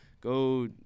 go